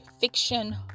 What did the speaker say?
fiction